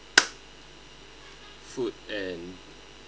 food and